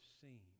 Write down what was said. seen